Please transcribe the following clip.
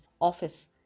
office